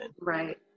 right